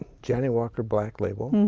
johnny walker black label,